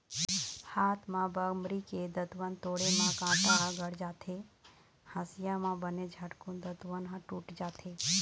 हाथ म बमरी के दतवन तोड़े म कांटा ह गड़ जाथे, हँसिया म बने झटकून दतवन ह टूट जाथे